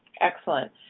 excellent